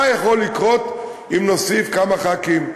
מה יכול לקרות אם נוסיף כמה חברי כנסת?